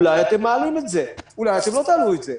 אולי אתם מעלים את זה, אולי אתם לא תעלו את זה,